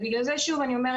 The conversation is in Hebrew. אז בגלל זה אני אומרת,